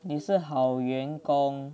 你是好员工